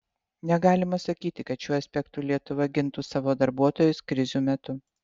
negalima sakyti kad šiuo aspektu lietuva gintų savo darbuotojus krizių metu